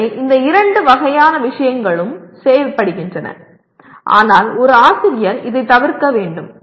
எனவே இந்த இரண்டு வகையான விஷயங்களும் செய்யப்படுகின்றன ஆனால் ஒரு ஆசிரியர் இதைத் தவிர்க்க வேண்டும்